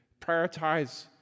prioritize